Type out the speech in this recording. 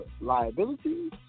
liabilities